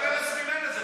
אולי פרס מימן את זה,